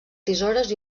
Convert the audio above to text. tisores